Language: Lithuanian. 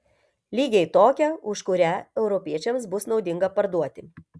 lygiai tokią už kurią europiečiams bus naudinga parduoti